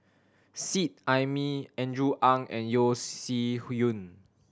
Seet Ai Mee Andrew Ang and Yeo Shih Yun